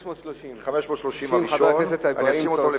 שאילתא מס'